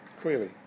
Clearly